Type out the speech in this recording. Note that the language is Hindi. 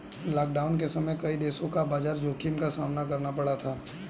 लॉकडाउन के समय कई देशों को बाजार जोखिम का सामना करना पड़ा था